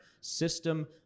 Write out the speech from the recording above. system